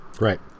Right